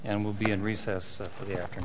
and we'll be in recess for the afternoon